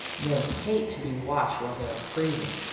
men hate to be watched while they are freezin.